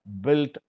built